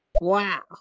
wow